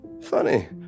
Funny